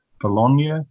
Bologna